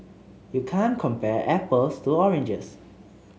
you can't compare apples to oranges